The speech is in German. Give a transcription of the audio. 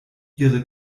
ihre